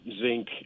zinc